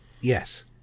Yes